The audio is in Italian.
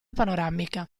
panoramica